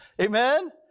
Amen